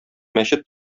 мәчет